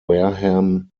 wareham